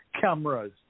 cameras